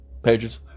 Patriots